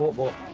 vote